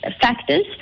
factors